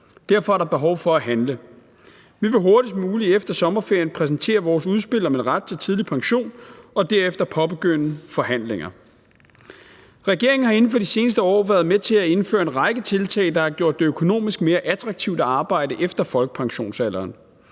Derfor er der behov for at handle. Vi vil hurtigst muligt efter sommerferien præsentere vores udspil om en ret til tidlig pension og derefter påbegynde forhandlinger. Regeringen har inden for de seneste år været med til at indføre en række tiltag, der har gjort det økonomisk mere attraktivt at arbejde efter folkepensionsalderen.